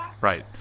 right